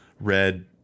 red